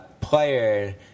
player